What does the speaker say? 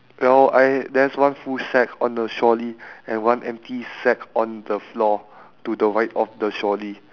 well I there's one full sack on the trolley and one empty sack on the floor to the right of the trolley